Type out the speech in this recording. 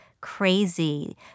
crazy